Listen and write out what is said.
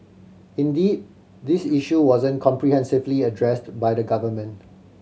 indeed this issue wasn't comprehensively addressed by the government